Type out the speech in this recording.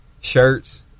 shirts